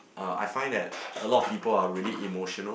uh I find that a lot of people are really emotional